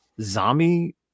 zombie